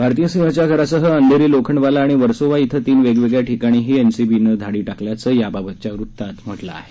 भारती सिंहच्या घरासह अंधेही लोखंडवाला आणि वर्सोवा इथं तीन वेगवेगळ्या ठिकाणी देखील एनसीबीने आज धाडी टाकल्याचं याबाबतच्या वृत्तात म्हटलं आहे